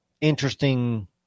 interesting